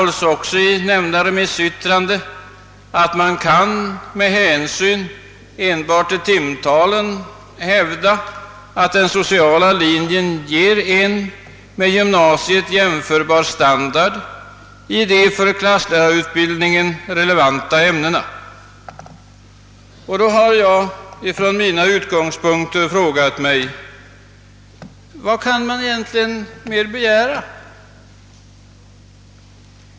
Vidare framhålles i remissyttrandet att med hänsyn enbart till timtalen kan hävdas att den sociala linjen ger en med gymnasiet jämförbar standard i de för klasslärarutbildningen relevanta ämnena. Då har jag från mina utgångspunkter frågat mig: Vad kan man egentligen mer begära?